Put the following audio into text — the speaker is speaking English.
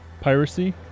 Piracy